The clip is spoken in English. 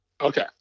Okay